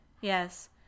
Yes